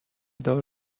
دار